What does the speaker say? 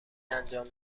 انجام